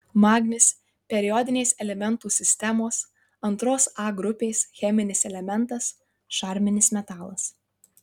magnis periodinės elementų sistemos iia grupės cheminis elementas šarminis metalas